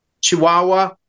Chihuahua